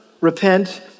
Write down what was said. repent